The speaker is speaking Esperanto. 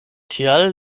tial